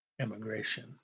immigration